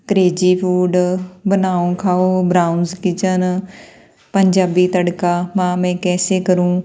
crazy food ਬਣਾਓ ਖਾਓ browns kitchen Punjabi tadka ਮਾਂ ਮੈਂ ਕੈਸੇ ਕਰੂ